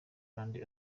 kandi